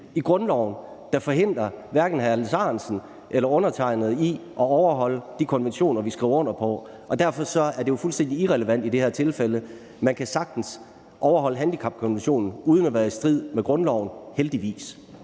i grundloven, der forhindrer hverken hr. Alex Ahrendtsen eller undertegnede i at overholde de konventioner, vi har skrevet under på, og derfor er det jo fuldstændig irrelevant i det her tilfælde. Man kan sagtens overholde handicapkonventionen, uden at det er i strid med grundloven, heldigvis.